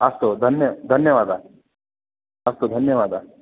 अस्तु धन्य धन्यवादा अस्तु धन्यवादा